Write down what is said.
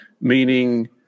meaning